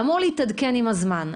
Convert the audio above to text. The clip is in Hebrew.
שאמור להתעדכן עם הזמן,